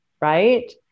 right